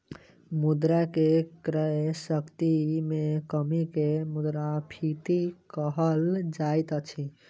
मुद्रा के क्रय शक्ति में कमी के मुद्रास्फीति कहल जाइत अछि